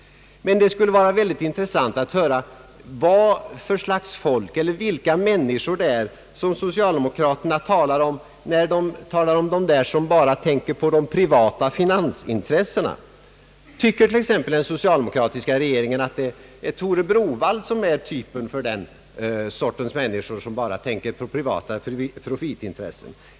Det skulle var intressant att höra vilka människor socialdemokraterna syftar på när de talar om de personer som bara tänker på de privata finansintressena. Tycker t.ex. den socialdemokratiska regeringen att Tore Browaldh tillhör den typ av människor som bara tänker på privata profitintressen?